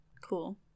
Cool